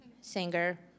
Singer